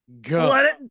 go